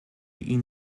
ihn